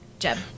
Jeb